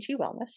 Wellness